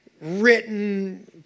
written